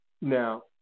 Now